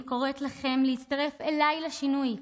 אני קוראת לכם להצטרף אליי לשינוי.